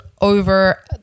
over